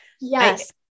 Yes